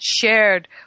shared